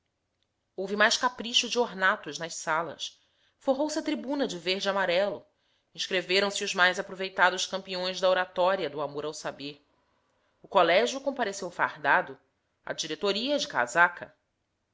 houve mais capricho de ornatos nas salas forrou se a tribuna de verde e amarelo inscreveram se os mais aproveitados campeões da oratória do amor ao saber o colégio compareceu fardado a diretoria de casaca